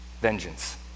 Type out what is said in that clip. vengeance